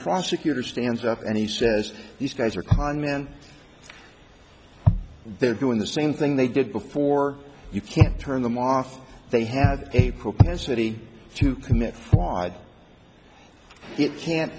prosecutor stands up and he says these guys are con men they're doing the same thing they did before you can turn them off they have a propensity to commit fraud it can't